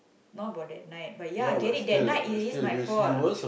not about that night but ya get it that night it is my fault